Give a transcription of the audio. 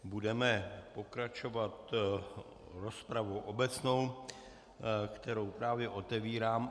Budeme pokračovat rozpravou obecnou, kterou právě otevírám.